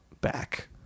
back